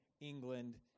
England